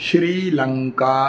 Sri Lanka